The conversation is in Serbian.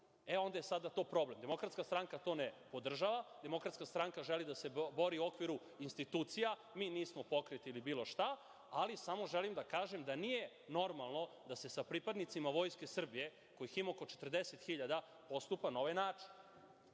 e onda je sada to problem. Demokratska stranka to ne podržava. Demokratska stranka želi da se bori u okviru institucija. Mi nismo pokret ili bilo šta, ali samo želim da kažem da nije normalno da se sa pripadnicima Vojske Srbije, kojih ima oko 40 hiljada, postupa na ovaj način.U